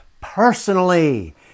personally